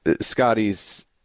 Scotty's